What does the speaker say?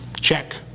check